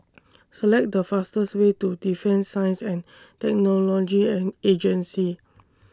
Select The fastest Way to Defence Science and Technology and Agency